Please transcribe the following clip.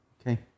Okay